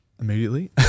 immediately